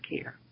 care